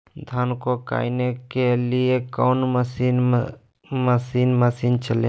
धन को कायने के लिए कौन मसीन मशीन चले?